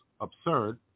absurd